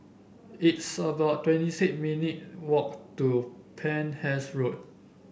it's about twenty six minutes' walk to Penhas Road